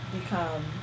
become